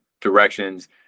directions